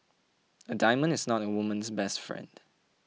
a diamond is not a woman's best friend